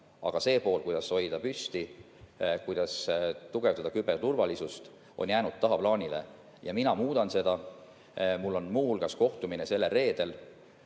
aga see pool, kuidas hoida püsti ja kuidas tugevdada küberturvalisust, on jäänud tagaplaanile. Mina muudan seda. Mul on muu hulgas sellel reedel